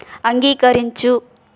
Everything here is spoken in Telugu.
అంగీకరించు